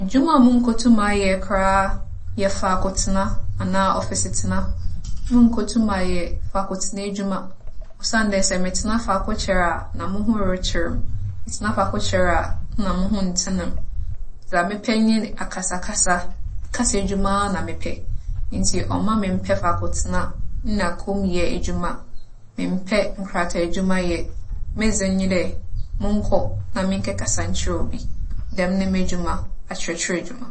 Edwuma a munnkotum mayɛ koraa yɛ faakor tsena anaa ͻfese tsena. Munnkotum aayɛ faakor tsena edwuma osiandɛ sɛ metsena faakor kyɛr a na moho rekyer me. Metsena faakor kyɛr a nna moho nntsen me. Dza mepɛ nye akasa akasa, kasa edwuma ara na mepɛ. Ntsi ͻmma memmpɛ faakor tsena na kommyɛ edwuma. Memmpɛ nkrataa edwuma yɛ. Medze nye dɛ, monkͻ na menkɛkasa nkyerɛ obi. Dɛm nye m'edwuma, akyerɛkyerɛ edwuma.